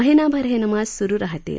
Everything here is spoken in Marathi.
महिनाभर हे नमाज सुरू राहतील